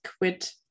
quit